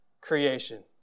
creation